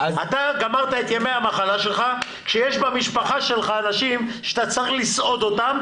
אתה גמרת את ימי המחלה שלך כשיש במשפחה שלך אנשים שאתה צריך לסעוד אותם,